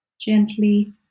gently